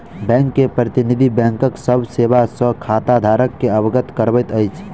bank के प्रतिनिधि, बैंकक सभ सेवा सॅ खाताधारक के अवगत करबैत अछि